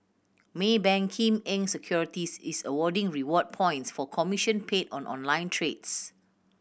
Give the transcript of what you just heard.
Maybank Kim Eng Securities is awarding reward points for commission paid on online trades